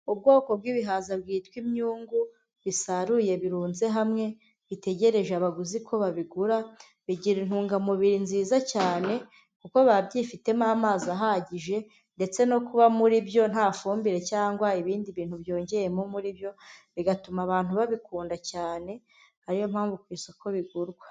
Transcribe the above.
Ubwoko bw'ibihaza bwitwa imyungu bisaruye birunze hamwe, bitegereje abaguzi ko babigura, bigira intungamubiri nziza cyane kuko biba byifitemo amazi ahagije ndetse no kuba muri byo nta fumbire cyangwa ibindi bintu byongeyemo muri byo bigatuma abantu babikunda cyane, ariyo mpamvu ku isoko bigurwa.